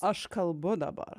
aš kalbu dabar